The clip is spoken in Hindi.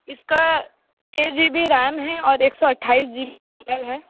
इसका छः जी बी रैम है और एक सौ अट्ठाईस जी बी रोम है